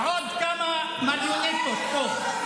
עוד כמה מריונטות פה.